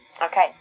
Okay